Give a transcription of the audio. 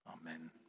Amen